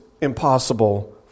impossible